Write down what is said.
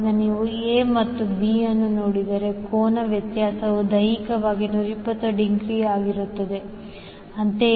ಆದ್ದರಿಂದ ನೀವು A ಮತ್ತು B ಅನ್ನು ನೋಡಿದರೆ ಕೋನ ವ್ಯತ್ಯಾಸವು ದೈಹಿಕವಾಗಿ 120 ಡಿಗ್ರಿ ಆಗಿರುತ್ತದೆ